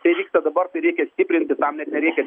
tai vyksta dabar tai reikia stiprinti tam net nereikia